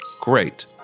great